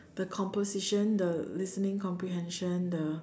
the composition the listening comprehension the